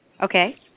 Okay